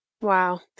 Wow